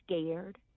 scared